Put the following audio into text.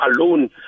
alone